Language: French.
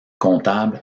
comptable